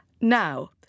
Now